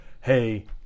hey